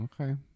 Okay